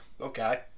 Okay